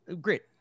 great